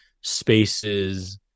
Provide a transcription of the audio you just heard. spaces